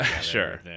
sure